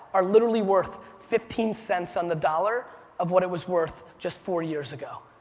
are literally worth fifteen cents on the dollar of what it was worth just four years ago.